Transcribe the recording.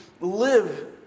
live